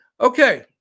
Okay